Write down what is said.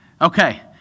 Okay